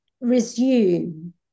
resume